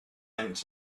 yanked